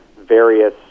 various